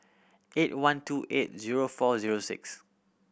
eight one two eight zero four zero six